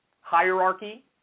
hierarchy